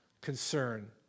concern